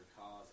cause